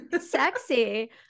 Sexy